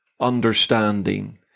understanding